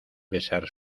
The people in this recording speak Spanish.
besar